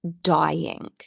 dying